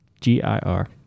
G-I-R